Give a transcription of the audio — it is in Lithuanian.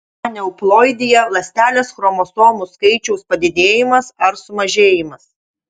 aneuploidija ląstelės chromosomų skaičiaus padidėjimas ar sumažėjimas